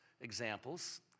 examples